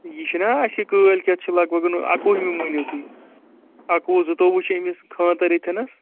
یہِ چھَناہ اَسہِ کٲلۍ کٮ۪تھ چھِ لَگ بَگَ اَکوُہمہِ مٲنِوٗ تُہۍ اَکوُہ زٕتوٚوُہ چھِ أمِس خانٛدَر ییٚتنَس